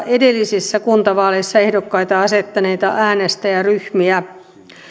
edellisissä kuntavaaleissa ehdokkaita asettaneita äänestäjäryhmiä